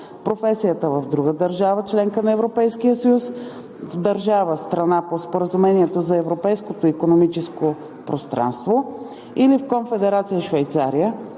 професията в друга държава – членка на Европейския съюз, в държава – страна по Споразумението за Европейското икономическо пространство, или в Конфедерация Швейцария,